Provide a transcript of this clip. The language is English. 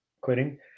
quitting